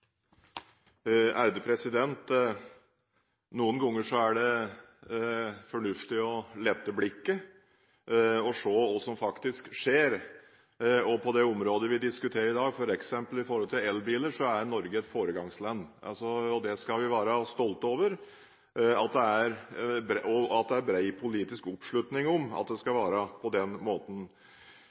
hva som faktisk skjer. På det området vi diskuterer i dag, f.eks. når det gjelder elbiler, er Norge et foregangsland. Det skal vi være stolte over, og også over at det er bred politisk oppslutning om at det skal være på den måten.